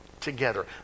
together